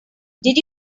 did